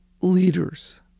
leaders